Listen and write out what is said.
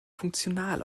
funktional